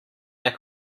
our